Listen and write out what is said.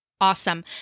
awesome